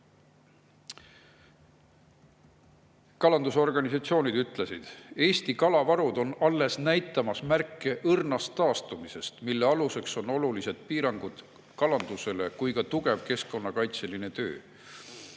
Kalandusorganisatsioonid ütlesid, et Eesti kalavarud on alles näitamas õrnu märke taastumisest, mille aluseks on olulised piirangud kalandusele ja ka tugev keskkonnakaitseline töö.